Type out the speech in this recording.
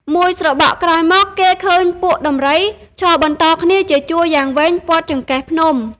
មួយស្របក់ក្រោយមក គេឃើញពួកដំរី ឈរបន្តគ្នាជាជួរយ៉ាងវែងព័ទ្ធចង្កេះភ្នំ ។